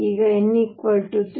ಈಗ n 3